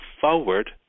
forward